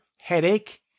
headache